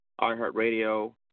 iHeartRadio